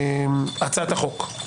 הצעת החוק.